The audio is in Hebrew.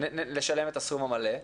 לשלם את הסכום המלא,